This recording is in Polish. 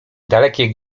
dalekie